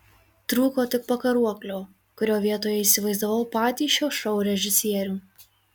trūko tik pakaruoklio kurio vietoje įsivaizdavau patį šio šou režisierių